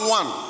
one